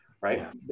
Right